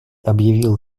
объявил